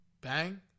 Bang